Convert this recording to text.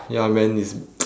ya man it's